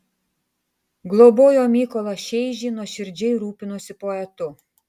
globojo mykolą šeižį nuoširdžiai rūpinosi poetu